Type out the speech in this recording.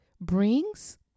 brings